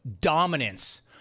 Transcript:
dominance